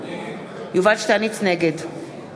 נגד